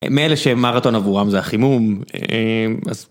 מאלה שמרתון עבורם זה החימום.